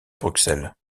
bruxelles